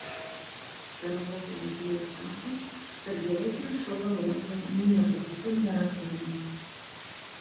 karaoke mėgėjai sako kad geresnio šou europoje niekur kitur nerastumėme